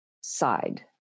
side